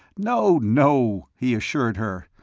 no, no! he assured her.